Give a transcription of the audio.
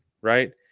right